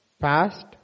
past